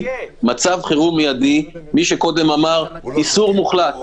מי שקודם דיבר על איסור מוחלט,